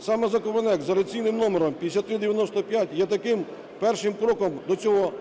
Саме законопроект з реєстраційним номером 5395 є таким першим кроком до цього